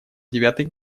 девятый